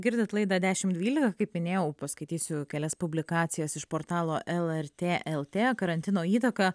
girdit laidą dešim dvylika kaip minėjau paskaitysiu kelias publikacijas iš portalo lrt lt karantino įtaka